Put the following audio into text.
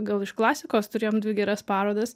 gal iš klasikos turėjom dvi geras parodas